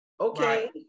Okay